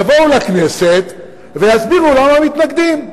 יבואו לכנסת ויסבירו למה הם מתנגדים.